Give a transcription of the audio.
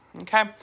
okay